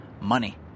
money